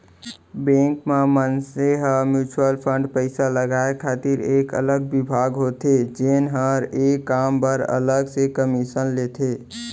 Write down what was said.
bank म मनसे ह म्युचुअल फंड पइसा लगाय खातिर एक अलगे बिभाग होथे जेन हर ए काम बर अलग से कमीसन लेथे